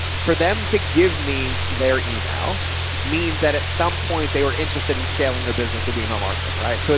for them to give me their email means that at some point they were interested in scaling their business with email marketing. right. so it's,